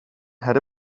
had